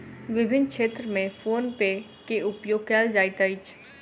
विभिन्न क्षेत्र में फ़ोन पे के उपयोग कयल जाइत अछि